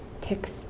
ticks